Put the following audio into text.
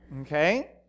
okay